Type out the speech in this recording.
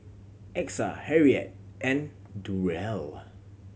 Exa Harriette and Durrell